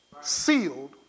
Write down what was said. Sealed